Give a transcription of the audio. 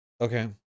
okay